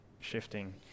shifting